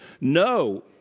No